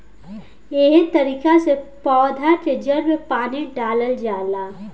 एहे तरिका से पौधा के जड़ में पानी डालल जाला